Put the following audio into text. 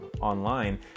online